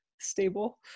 Stable